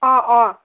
অ অ